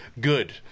good